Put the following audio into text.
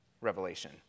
revelation